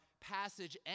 passage